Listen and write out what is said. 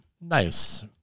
Nice